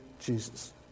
Jesus